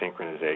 synchronization